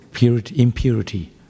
Impurity